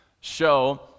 show